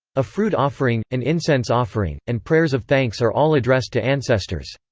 a fruit offering, an incense offering, and prayers of thanks are all addressed to ancestors.